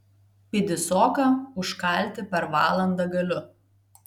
pidisoką užkalti per valandą galiu